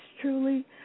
truly